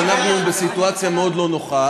אני אומר שאנחנו בסיטואציה מאוד לא נוחה,